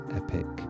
epic